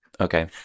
Okay